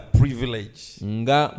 privilege